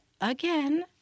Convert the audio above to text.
again